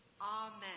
Amen